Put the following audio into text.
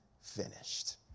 finished